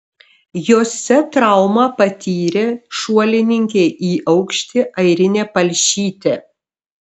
jose traumą patyrė šuolininkė į aukštį airinė palšytė